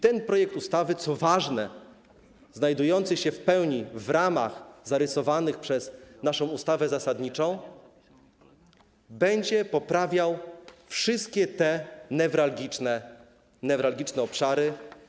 Ten projekt ustawy, co ważne, znajdujący się w pełni w ramach zarysowanych przez naszą ustawę zasadniczą, będzie poprawiał wszystkie te newralgiczne obszary.